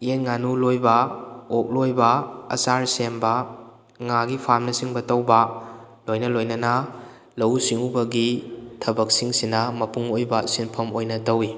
ꯌꯦꯟ ꯉꯥꯅꯨ ꯂꯣꯏꯕ ꯑꯣꯛ ꯂꯣꯏꯕ ꯑꯆꯥꯔ ꯁꯦꯝꯕ ꯉꯥꯒꯤ ꯐꯥꯝꯅꯆꯤꯡꯕ ꯇꯧꯕ ꯂꯣꯏꯅ ꯂꯣꯏꯅꯅ ꯂꯧꯎ ꯁꯤꯡꯎꯕꯒꯤ ꯊꯕꯛꯁꯤꯡꯁꯤꯅ ꯃꯄꯨꯡ ꯑꯣꯏꯕ ꯁꯤꯟꯐꯝ ꯑꯣꯏꯅ ꯇꯧꯋꯤ